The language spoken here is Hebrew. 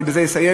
אני בזה אסיים,